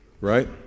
right